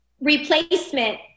replacement